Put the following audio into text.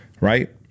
right